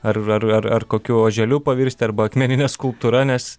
ar kokiu oželiu pavirsti arba akmenine skulptūra nes